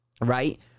right